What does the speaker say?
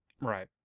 right